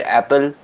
apple